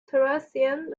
thracians